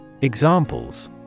Examples